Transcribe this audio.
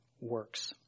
works